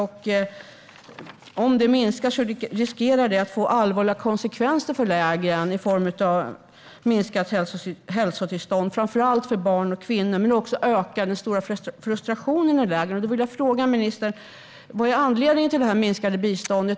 Om det minskar riskerar det att få allvarliga konsekvenser för lägren i form av försämrat hälsotillstånd för framför allt barn och kvinnor, men det kommer också att öka den stora frustrationen i lägren. Jag vill fråga ministern: Vad är anledningen till det minskade biståndet?